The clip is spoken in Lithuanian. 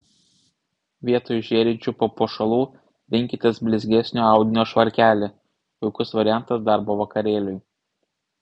vietoj žėrinčių papuošalų rinkitės blizgesnio audinio švarkelį puikus variantas darbo vakarėliui